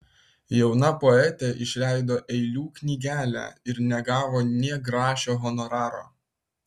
jauna poetė išleido eilių knygelę ir negavo nė grašio honoraro